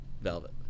velvet